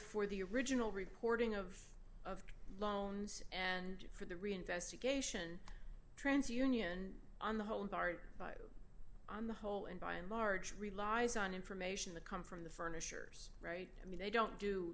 for the original reporting of of loans and for the reinvestigation trans union on the whole dart on the whole and by and large relies on information the come from the furnishers right i mean they don't do